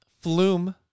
Flume